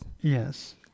Yes